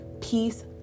peace